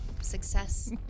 Success